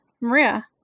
Maria